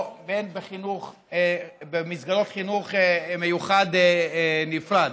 ובין במסגרות חינוך מיוחד נפרד.